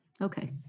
Okay